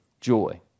joy